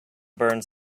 burns